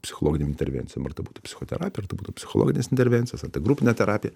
psichologinėm intervencijom ar tai būtų psichoterapija ar tai būtų psichologinės intervencijos ar tai grupinė terapija